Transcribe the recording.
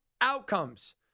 outcomes